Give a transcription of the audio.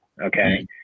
okay